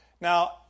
Now